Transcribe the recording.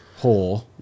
Whore